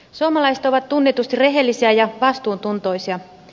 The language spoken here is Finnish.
suomalaiset ovat tunnetusti rehellisiä ja vastuuntuntoisia